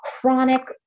chronic